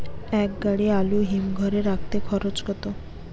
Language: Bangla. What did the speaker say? এক গাড়ি আলু হিমঘরে রাখতে খরচ কত?